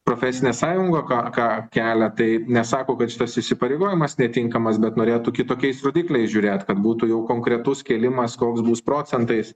profesinė sąjunga ką ką kelia tai nesako kad šitas įsipareigojimas netinkamas bet norėtų kitokiais rodikliais žiūrėt kad būtų jau konkretus kėlimas koks bus procentais